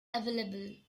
available